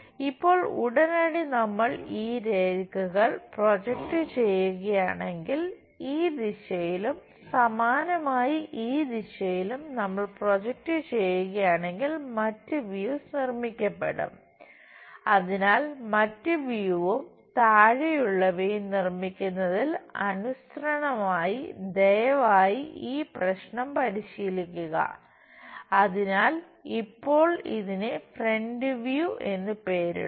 ഇപ്പോൾ ഉടനടി നമ്മൾ ഈ രേഖകൾ പ്രൊജക്റ്റ് എന്ന് പേരിടുക